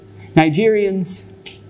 Nigerians